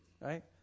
right